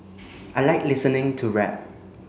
I like listening to rap